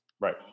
Right